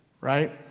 right